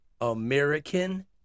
American